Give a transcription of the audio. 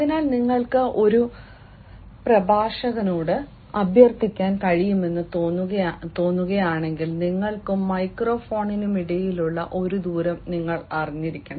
അതിനാൽ നിങ്ങൾക്ക് ഒരു പ്രഭാഷകനോട് അഭ്യർത്ഥിക്കാൻ കഴിയുമെന്ന് തോന്നുകയാണെങ്കിൽ നിങ്ങൾക്കും മൈക്രോഫോണിനുമിടയിലുള്ള ദൂരം നിങ്ങൾ അറിഞ്ഞിരിക്കണം